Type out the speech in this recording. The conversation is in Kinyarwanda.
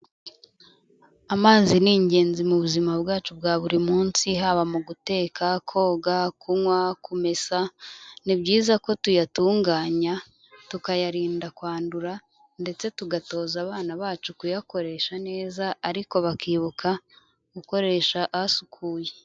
Amazi ni ingenzi mu buzima bwacu bwa buri munsi haba mu guteka, koga, kunywa, kumesa, ni byiza ko tuyatunganya tukayarinda kwandura, ndetse tugatoza abana bacu kuyakoresha neza ariko bakibuka gukoresha asukuye.